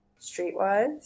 Streetwise